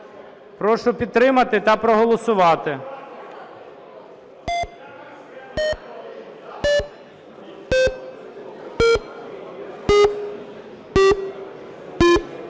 Прошу підтримати та проголосувати.